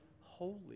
holy